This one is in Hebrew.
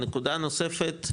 נקודה נוספת,